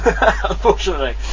Unfortunately